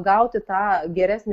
gauti tą geresnį